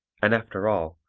and after all,